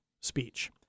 speech